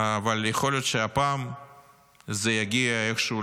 אבל יכול להיות שהפעם זה יגיע איכשהו